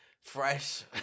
fresh